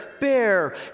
bear